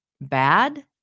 bad